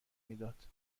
میداد